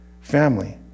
Family